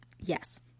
Yes